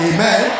Amen